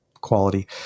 quality